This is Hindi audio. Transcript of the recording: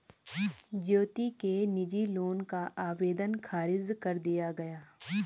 ज्योति के निजी लोन का आवेदन ख़ारिज कर दिया गया